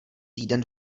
týden